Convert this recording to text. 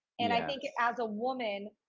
and i think as a woman,